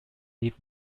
leave